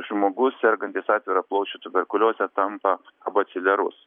žmogus sergantis atvira plaučių tuberkulioze tampa abaciliarus